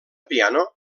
piano